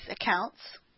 accounts